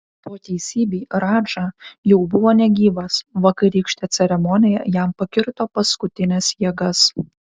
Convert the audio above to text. po teisybei radža jau buvo negyvas vakarykštė ceremonija jam pakirto paskutines jėgas